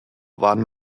waren